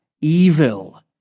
evil